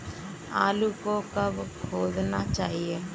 आलू को कब खोदना चाहिए?